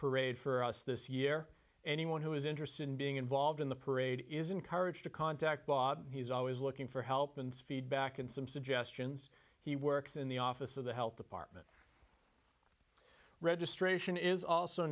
parade for us this year anyone who is interested in being involved in the parade is encouraged to contact bob he's always looking for help and feedback and some suggestions he works in the office of the health department registration is also